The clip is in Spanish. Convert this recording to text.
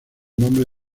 nombre